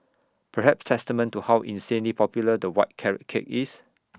perhaps testament to how insanely popular the white carrot cake is